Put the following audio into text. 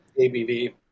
ABV